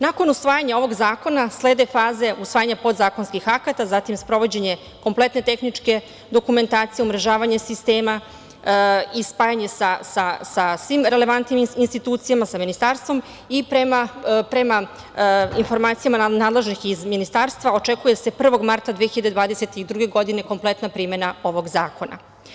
Nakon usvajanja ovog zakona slede faze usvajanja podzakonskih akata, zatim sprovođenje kompletne tehničke dokumentacije, umrežavanje sistema i spajanje sa svim relevantnim institucijama, sa ministarstvom i prema informacijama nadležnih iz ministarstva očekuje se 1. marta 2022. godine kompletna primena ovog zakona.